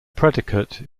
predicate